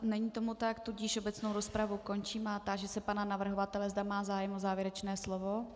Není tomu tak, tudíž obecnou rozpravu končím a táži se pana navrhovatele, zda má zájem o závěrečné slovo.